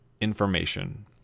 information